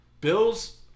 Bills